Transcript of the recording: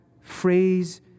phrase